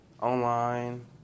online